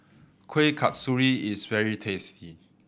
Kueh Kasturi is very tasty